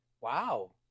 Wow